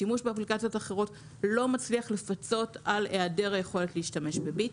השימוש באפליקציות אחרות לא מצליח לפצות על היעדר היכולת להשתמש ב"ביט".